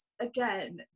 again